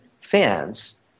fans